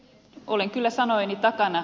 olen kyllä sanojeni takana